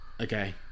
Okay